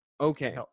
Okay